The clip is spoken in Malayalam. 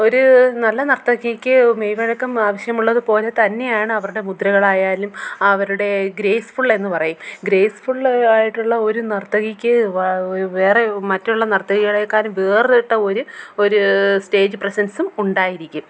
ഒരു നല്ല നർത്തകിക്ക് മെയ്വഴക്കം ആവശ്യമുള്ളതു പോലെ തന്നെയാണ് അവരുടെ മുദ്രകളായാലും അവരുടെ ഗ്രെയ്സ്ഫുള്ളെന്നു പറയും ഗ്രെയിസ്ഫുള്ളായിട്ടുള്ള ഒരു നർത്തകിക്ക് വേറെ മറ്റുള്ള നർത്തകികളേക്കാളും വേറിട്ട ഒരു ഒരു സ്റ്റേജ് പ്രസൻസും ഉണ്ടായിരിക്കും